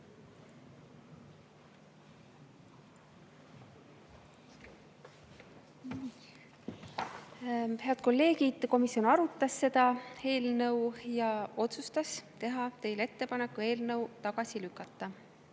Head kolleegid! Komisjon arutas seda eelnõu ja otsustas teha teile ettepaneku eelnõu tagasi lükata.